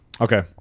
Okay